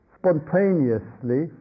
spontaneously